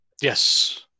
Yes